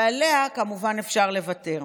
ועליה כמובן אפשר לוותר.